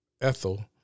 Ethel